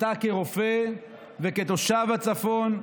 אתה כרופא וכתושב הצפון,